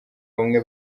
bamwe